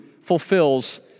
fulfills